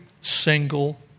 single